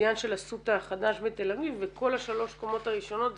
בבניין של אסותא החדש בתל אביב וכל שלוש הקומות הראשונות,